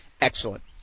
excellent